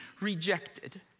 rejected